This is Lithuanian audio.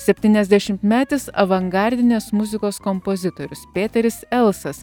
septyniasdešimtmetis avangardinės muzikos kompozitorius peteris elsas